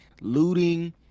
looting